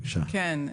שלום,